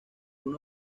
uno